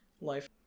life